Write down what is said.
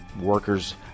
workers